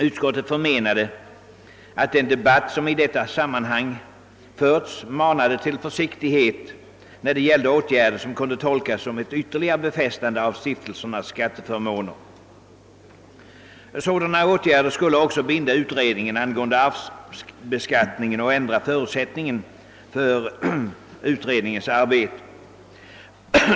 Utskottet förmenade att den debatt som i detta sammanhang förts manade till försiktighet i fråga om åtgärder som kunde tolkas som ett ytterligare befästande av stiftelsernas skatteförmåner. Så dana åtgärder skulle också binda utredningen angående arvsbeskattningen och ändra förutsättningarna för dess arbete.